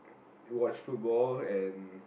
watch football and